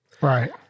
Right